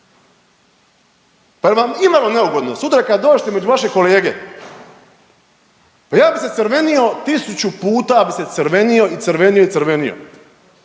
Par jel' vam imalo neugodno? Sutra kad dođete među vaše kolege, pa ja bih se crvenio 1000 puta bih se crvenio i crvenio i crvenio.